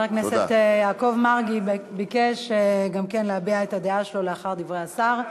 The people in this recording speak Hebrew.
חבר הכנסת יעקב מרגי ביקש גם כן להביע את הדעה שלו לאחר דברי השר,